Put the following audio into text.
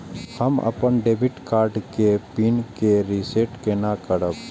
हम अपन debit card के पिन के रीसेट केना करब?